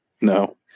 No